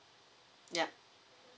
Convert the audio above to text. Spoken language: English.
yup